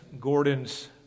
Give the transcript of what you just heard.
Gordon's